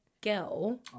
girl